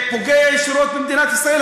סליחה, ראית כמה הפריעו, לא, הוספתי לך שתי דקות.